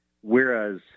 whereas